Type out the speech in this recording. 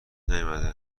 نیومده